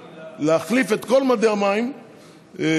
להחליף את כל מדי המים בארץ,